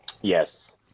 Yes